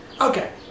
Okay